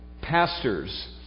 pastors